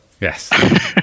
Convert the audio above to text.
yes